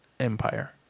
Empire